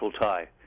tie